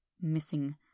missing